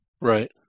Right